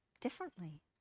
differently